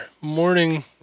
morning